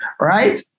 right